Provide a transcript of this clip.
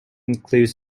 includes